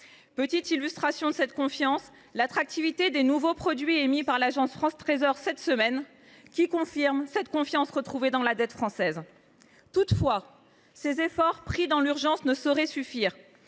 atteindre 3 % du déficit en 2029. L’attractivité des nouveaux produits émis par l’Agence France Trésor, cette semaine, confirme la confiance retrouvée dans la dette française. Toutefois, ces efforts pris dans l’urgence ne sauraient suffire.